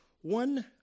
one